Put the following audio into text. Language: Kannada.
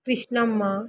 ಕೃಷ್ಣಮ್ಮ